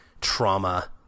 trauma